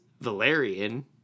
Valerian